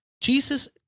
Jesus